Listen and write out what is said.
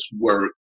work